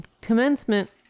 commencement